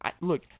look